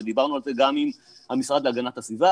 ודיברנו על זה גם עם המשרד להגנת הסביבה